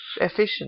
efficient